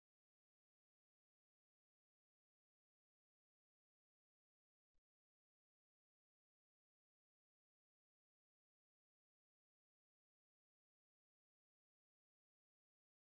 ఆ తరువాత నేను సింగిల్ స్టబ్ మ్యాచింగ్ టెక్నిక్ గురించి చర్చించాం దీనిలో ఇంపిడెన్స్ మ్యాచింగ్ చేయడానికి ట్రాన్స్మిషన్ లైన్తో పాటు షంట్ స్టబ్ ఉంచబడుతుంది